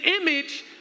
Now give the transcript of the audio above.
image